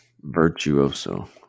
Virtuoso